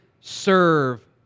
serve